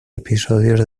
episodios